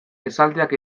esaldiak